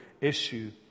issue